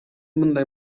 мындай